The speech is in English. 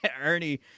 Ernie